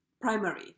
primary